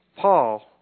Paul